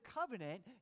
covenant